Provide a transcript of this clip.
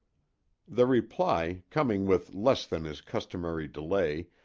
the reply, coming with less than his customary delay,